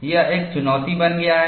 यह एक चुनौती बन गया है